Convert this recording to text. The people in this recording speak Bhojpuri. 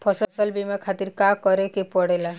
फसल बीमा खातिर का करे के पड़ेला?